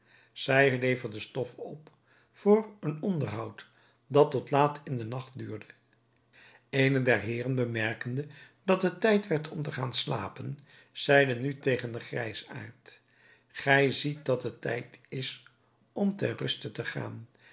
zij leverde stof op voor een onderhoud dat tot laat in den nacht duurde een der heeren bemerkende dat het tijd werd om te gaan slapen zeide nu tegen den grijsaard gij ziet dat het tijd is om ter ruste te gaan